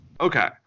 Okay